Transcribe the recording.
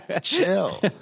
Chill